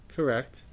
Correct